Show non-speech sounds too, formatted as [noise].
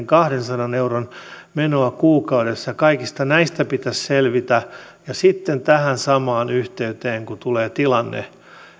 [unintelligible] kahdensadan euron menoa kuukaudessa ja kaikista näistä pitäisi selvitä ja sitten kun tähän samaan yhteyteen tulee tilanne